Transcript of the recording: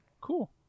cool